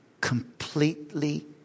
completely